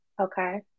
Okay